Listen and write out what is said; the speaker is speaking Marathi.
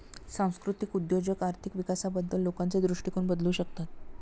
सांस्कृतिक उद्योजक आर्थिक विकासाबद्दल लोकांचे दृष्टिकोन बदलू शकतात